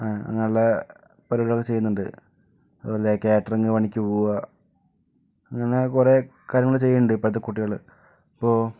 അങ്ങനെയുള്ള പരിപാടികളൊക്കെ ചെയ്യുന്നുണ്ട് അതുപോലെ കാറ്ററിംഗ് പണിക്ക് പോകുക അങ്ങനെ കുറെ കാര്യങ്ങൾ ചെയ്യുന്നുണ്ട് ഇപ്പോഴത്തെ കുട്ടികൾ അപ്പോൾ